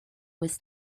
was